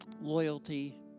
loyalty